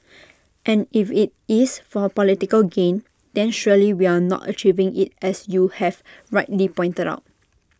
and if IT is for political gain then surely we are not achieving IT as you have rightly pointed out